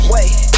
Wait